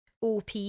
op